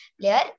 player